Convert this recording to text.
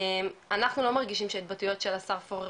אנחנו לא מרגישים שההתבטאויות של השר פורר